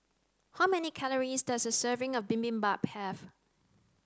how many calories does a serving of Bibimbap have